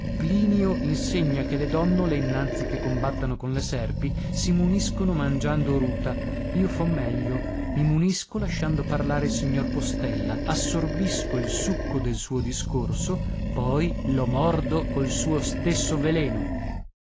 plinio insegna che le donnole innanzi che combattano con le serpi si muniscono mangiando ruta io fo meglio mi munisco lasciando parlare il signor postella assorbisco il succo del suo discorso poi lo mordo col suo stesso veleno